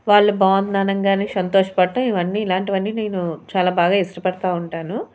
వాళ్ళు బాగుందని అనగానే సంతోష పడటం ఇవన్నీ ఇలాంటివి అన్నీ నేను చాలా బాగా ఇష్టపడుతూ ఉంటాను